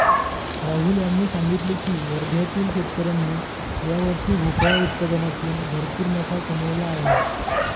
राहुल यांनी सांगितले की वर्ध्यातील शेतकऱ्यांनी यावर्षी भोपळा उत्पादनातून भरपूर नफा कमावला आहे